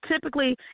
typically